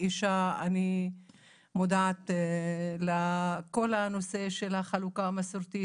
כאישה אני מודעת לכל הנושא של החלוקה המסורתית